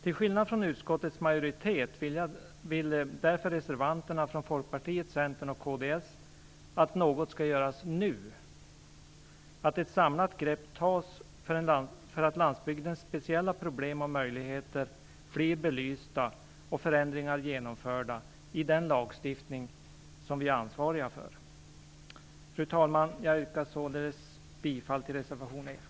Till skillnad från utskottets majoritet vill reservanterna från Folkpartiet, Centern och kds att något skall göras nu. Man vill att ett samlat grepp tas för att få landsbygdens speciella problem och möjligheter belysta och förändringar genomförda i den lagstiftning som vi är ansvariga för. Fru talman! Jag yrkar således bifall till reservation 1.